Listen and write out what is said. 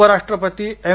उपराष्ट्रपती एम